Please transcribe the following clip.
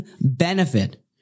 benefit